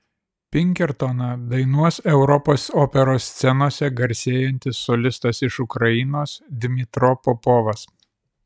pinkertoną dainuos europos operos scenose garsėjantis solistas iš ukrainos dmytro popovas